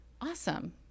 Awesome